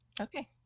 okay